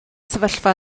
sefyllfa